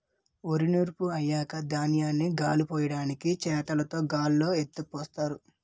వరి నూర్పు అయ్యాక ధాన్యాన్ని గాలిపొయ్యడానికి చేటలుతో గాల్లో ఎత్తిపోస్తారు